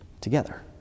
together